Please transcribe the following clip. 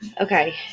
Okay